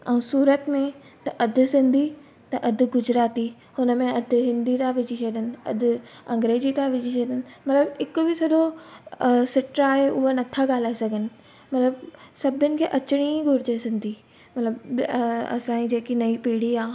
ऐं सूरत में त अधि सिंधी त अधि गुजराती हुनमें अधि हिंदी था विझी छॾण अधु अंग्रेज़ी था विझी छॾण मतिलबु हिक बि सॼो सिट आहे उआ नथा ॻाल्हाए सघनि मतिलबु सभिनि खे अचनि ई घुरजे सिंधी मतिलबु असांजी जेकी नई पीढ़ी आहे